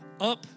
up